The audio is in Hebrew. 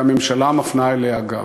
והממשלה מפנה אליהם גב.